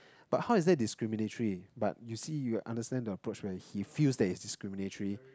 but how is that discriminatory but you see you understand the approach where he feels that it's discriminatory